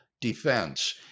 defense